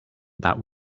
that